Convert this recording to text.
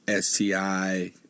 STI